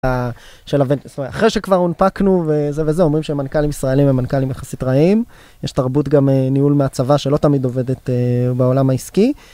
אחרי שכבר הונפקנו וזה וזה, אומרים שהמנכ״לים ישראלים הם מנכ״לים יחסית רעים, יש תרבות גם ניהול מהצבא שלא תמיד עובדת בעולם העסקי